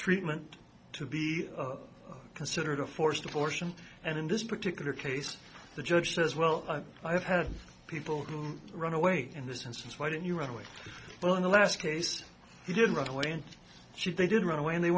treatment to be considered a forced abortion and in this particular case the judge says well i have had people who've run away in this instance why didn't you run away well in the last case you didn't run away and she did run away and they